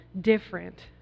different